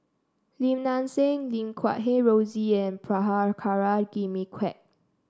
Lim Nang Seng Lim Guat Kheng Rosie and Prabhakara Jimmy Quek